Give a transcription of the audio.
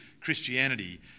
Christianity